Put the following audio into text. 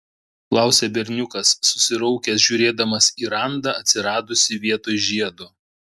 klausia berniukas susiraukęs žiūrėdamas į randą atsiradusį vietoj žiedo